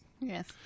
Yes